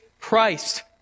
Christ